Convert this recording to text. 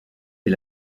est